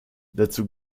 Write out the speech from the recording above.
dazu